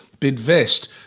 Bidvest